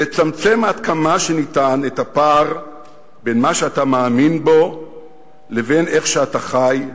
לצמצם עד כמה שאפשר את הפער בין מה שאתה מאמין בו לבין איך שאתה חי,